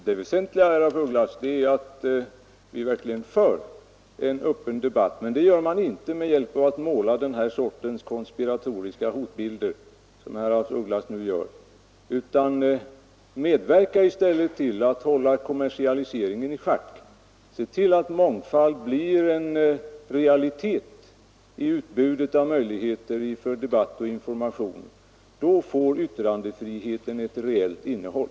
Herr talman! Det väsentliga, herr af Ugglas, är att vi verkligen för en öppen debatt. Men den får vi inte med hjälp av sådana här konspiratoriska hotbilder som herr af Ugglas nu målar. Medverka i stället till att hålla kommersialiseringen i schack, se till att mångfald blir en realitet i utbudet av debatt och information! Då får yttrandefriheten ett reellt innehåll.